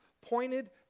pointed